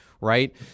right